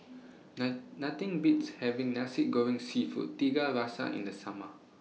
Nothing Beats having Nasi Goreng Seafood Tiga Rasa in The Summer